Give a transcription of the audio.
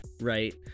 right